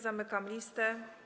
Zamykam listę.